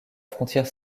frontière